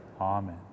amen